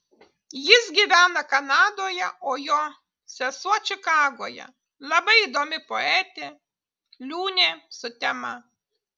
jis gyvena kanadoje o jo sesuo čikagoje labai įdomi poetė liūnė sutema